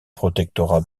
protectorat